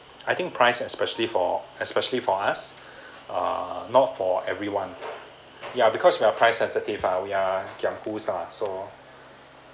I think price especially for especially for us err not for everyone yeah because we are price sensitive ah we are kiam ku lah so